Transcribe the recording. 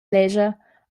lescha